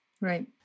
Right